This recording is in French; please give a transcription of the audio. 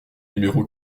numéro